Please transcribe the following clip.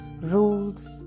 rules